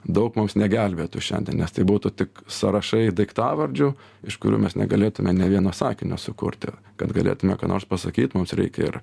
daug mums negelbėtų šiandien nes tai būtų tik sąrašai daiktavardžių iš kurių mes negalėtume nė vieno sakinio sukurti kad galėtume ką nors pasakyt mums reikia ir